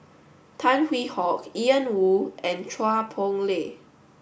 Tan Hwee Hock Ian Woo and Chua Poh Leng